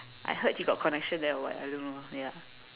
I heard he got connection there or what I don't know ya